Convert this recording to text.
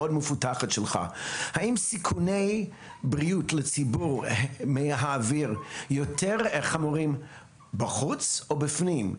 האם סיכוני בריאות לציבור מהאוויר יותר חמורים בחוץ או בפנים?